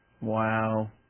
Wow